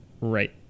right